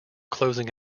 closing